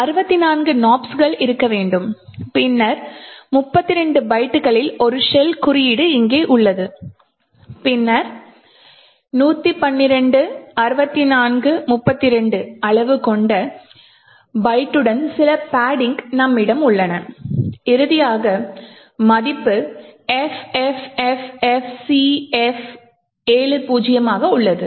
64 nops இருக்க வேண்டும் பின்னர் 32 பைட்டுகளில் ஒரு ஷெல் குறியீடு இங்கே உள்ளது பின்னர் 112 64 32 அளவு கொண்ட பைட்டுடன் சில பட்டிங்கள் நம்மிடம் உள்ளன இறுதியாக மதிப்பு FFFFCF70 ஆக உள்ளது